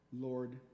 Lord